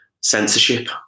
censorship